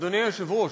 אדוני היושב-ראש,